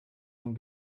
man